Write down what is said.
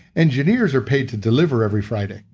engineers are paid to deliver every friday.